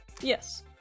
Yes